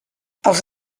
els